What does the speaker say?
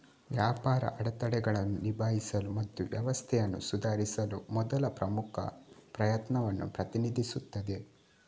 ವ್ಯಾಪಾರ ಅಡೆತಡೆಗಳನ್ನು ನಿಭಾಯಿಸಲು ಮತ್ತು ವ್ಯವಸ್ಥೆಯನ್ನು ಸುಧಾರಿಸಲು ಮೊದಲ ಪ್ರಮುಖ ಪ್ರಯತ್ನವನ್ನು ಪ್ರತಿನಿಧಿಸುತ್ತದೆ